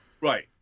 right